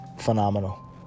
Phenomenal